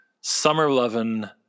summer-loving